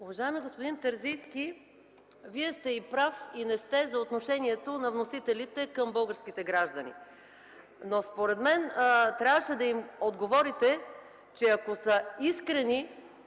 Уважаеми господин Терзийски, Вие сте и прав и не сте за отношението на вносителите към българските граждани, но според мен трябваше да им отговорите, че ако са искрени